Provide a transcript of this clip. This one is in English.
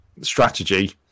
strategy